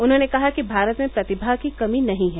उन्होंने कहा कि भारत में प्रतिभा की कमी नहीं है